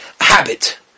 Habit